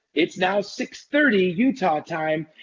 it's now six thirty utah time.